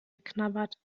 geknabbert